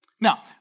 Now